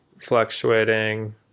fluctuating